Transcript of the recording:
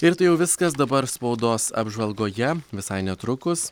ir tai jau viskas dabar spaudos apžvalgoje visai netrukus